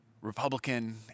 Republican